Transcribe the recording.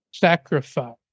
sacrifice